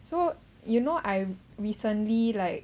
so you know I recently like